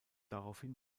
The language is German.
daraufhin